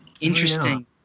interesting